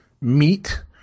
meat